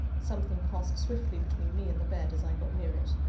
something passed swiftly between me and the bed, as i got near it.